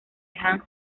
jan